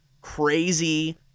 crazy